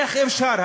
איך אפשר,